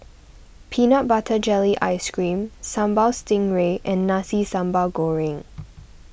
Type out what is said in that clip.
Peanut Butter Jelly Ice Cream Sambal Stingray and Nasi Sambal Goreng